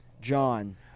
John